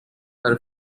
her